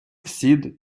всі